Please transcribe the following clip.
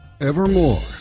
Evermore